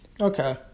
okay